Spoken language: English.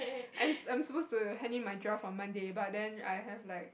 I'm I'm supposed to hand in my draft on Monday but then I have like